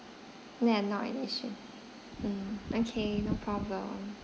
ya not an issue mm okay no problem